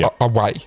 away